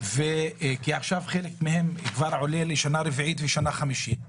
כי חלקם כבר עולה לשנה רביעית ושנה חמישית.